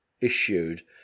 issued